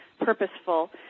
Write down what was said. purposeful